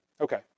Okay